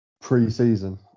Pre-season